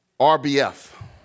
RBF